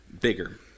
bigger